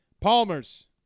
Palmers